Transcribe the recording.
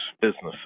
businesses